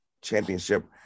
Championship